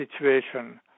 situation